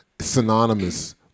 synonymous